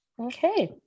Okay